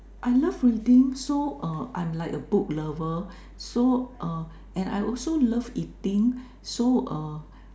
I love reading so err I'm like a book lover so uh and I also love eating so uh